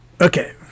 Okay